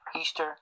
Easter